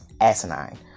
asinine